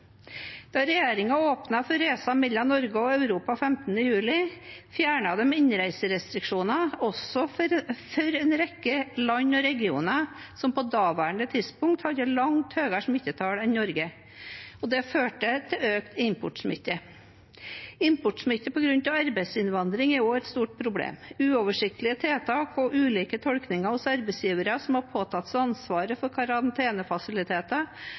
Da regjeringen åpnet for reiser mellom Norge og Europa 15. juli, fjernet de innreiserestriksjoner også for en rekke land og regioner som på daværende tidspunkt hadde langt høyere smittetall enn Norge. Det førte til økt importsmitte. Importsmitte på grunn av arbeidsinnvandring er også et stort problem. Uoversiktlige tiltak og ulike tolkninger hos arbeidsgivere som har påtatt seg ansvaret for